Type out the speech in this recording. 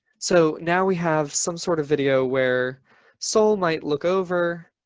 so now we have some sort of video where soul might look over,